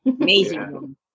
Amazing